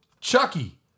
Chucky